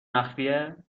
مخفیه